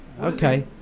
Okay